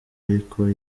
ariko